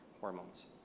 hormones